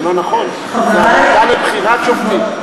זה לא נכון, זו הוועדה לבחירת שופטים.